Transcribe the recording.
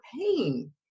pain